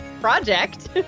project